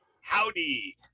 Howdy